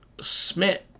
Smith